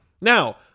Now